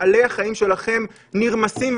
מפעלי החיים שלכם נרמסים,